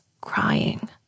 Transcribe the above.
crying